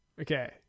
Okay